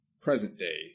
present-day